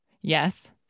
yes